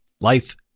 life